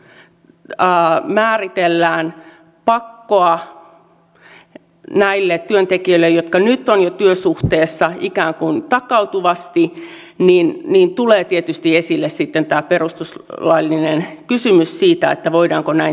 mutta sitten jos nyt määritellään pakkoa näille työntekijöille jotka nyt ovat jo työsuhteessa ikään kuin takautuvasti niin tulee tietysti esille tämä perustuslaillinen kysymys siitä voidaanko näin tehdä